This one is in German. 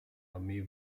armee